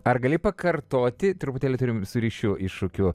ar gali pakartoti truputėlį turim su ryšiu iššūkių